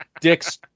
dicks